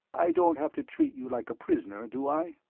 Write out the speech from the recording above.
i don't have to treat you like a prisoner, do i?